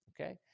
Okay